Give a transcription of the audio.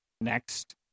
next